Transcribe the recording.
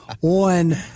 on